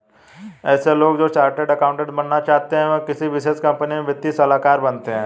ऐसे लोग जो चार्टर्ड अकाउन्टन्ट बनना चाहते है वो किसी विशेष कंपनी में वित्तीय सलाहकार बनते हैं